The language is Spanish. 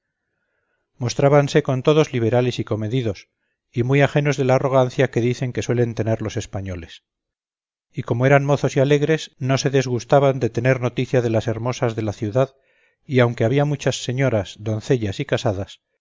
mostrábanse con todos liberales y comedidos y muy agenos de la arrogancia que dicen que suelen tener los españoles y como eran mozos y alegres no se disgustaban de tener noticia de las hermosas de la ciudad y aunque habia muchas señoras doncellas y casadas